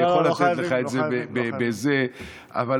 אני יכול לתת לך את זה, לא, לא חייבים.